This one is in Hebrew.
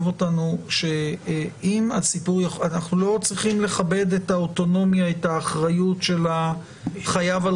אנחנו לא צריכים לכבד האוטונומיה ואת האחריות של החייב על